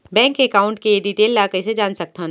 Bank account के detail ल कइसे जान सकथन?